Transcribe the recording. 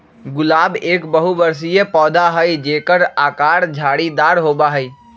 गुलाब एक बहुबर्षीय पौधा हई जेकर आकर झाड़ीदार होबा हई